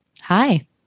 Hi